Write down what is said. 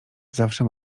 zawsze